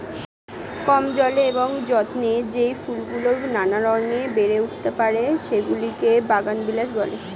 কম জলে এবং যত্নে যেই ফুলগুলো নানা রঙে বেড়ে উঠতে পারে, সেগুলোকে বাগানবিলাস বলে